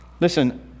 Listen